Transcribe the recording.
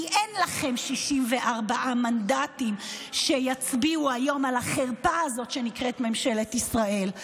כי אין לכם 64 מנדטים שיצביעו היום על החרפה הזאת שנקראת ממשלת ישראל.